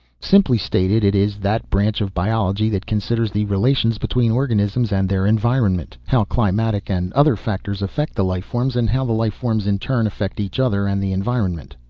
simply stated, it is that branch of biology that considers the relations between organisms and their environment. how climatic and other factors affect the life forms, and how the life forms in turn affect each other and the environment.